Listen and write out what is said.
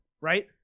right